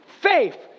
faith